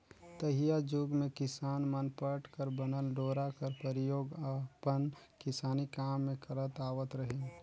तइहा जुग मे किसान मन पट कर बनल डोरा कर परियोग अपन किसानी काम मे करत आवत रहिन